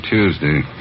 Tuesday